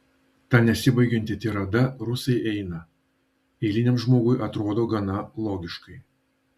ta nesibaigianti tirada rusai eina eiliniam žmogui atrodo gana logiškai